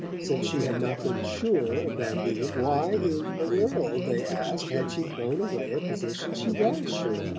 since she had not been sure of van degen, why in the world, they asked, had she thrown away a position she was sure